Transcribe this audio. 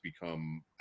become